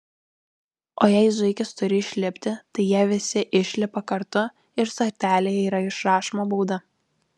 o jei zuikis turi išlipti tai jie visi išlipa kartu ir stotelėje yra išrašoma bauda